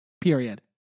Period